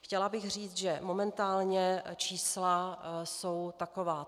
Chtěla bych říci, že momentálně čísla jsou takováto.